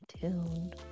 tuned